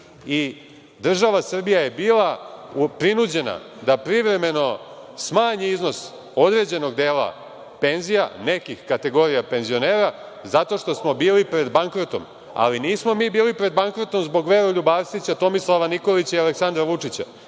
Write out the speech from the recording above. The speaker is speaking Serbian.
i država Srbija je bila prinuđena da privremeno smanji iznos određenog dela penzija, nekih kategorija penzionera, zato što smo bili pred bankrotom, ali nismo mi bili pred bankrotom zbog Veroljuba Arsića, Tomislava Nikolića i Aleksandra Vučića,